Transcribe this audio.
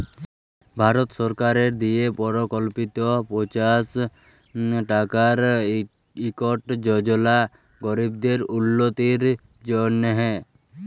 ভারত সরকারের দিয়ে পরকল্পিত পাঁচশ টাকার ইকট যজলা গরিবদের উল্লতির জ্যনহে